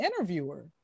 interviewer